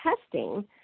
testing